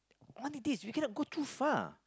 only this we cannot go too far